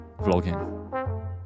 vlogging